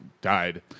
Died